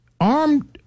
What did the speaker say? Armed